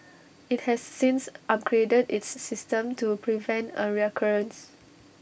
IT has since upgraded its system to prevent A recurrence